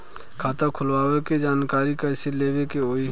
खाता खोलवावे के जानकारी कैसे लेवे के होई?